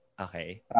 Okay